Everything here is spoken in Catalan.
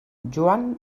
joan